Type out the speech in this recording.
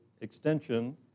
extension